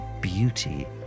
beauty